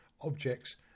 objects